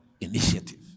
initiative